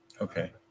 Okay